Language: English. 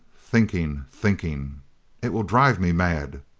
thinking, thinking it will drive me mad!